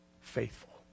Faithful